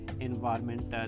environmental